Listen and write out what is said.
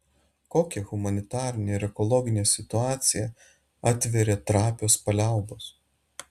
kokią humanitarinę ir ekologinę situaciją atveria trapios paliaubos